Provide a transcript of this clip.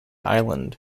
island